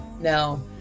No